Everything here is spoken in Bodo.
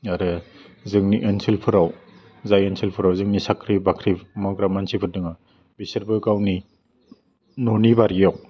आरो जोंनि ओनसोलफोराव जाय ओनसोलफोराव जोंनि साख्रि बाख्रि मावग्रा मानसिफोर दङ बिसोरबो गावनि न'नि बारियाव